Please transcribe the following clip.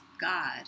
God